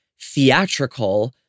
theatrical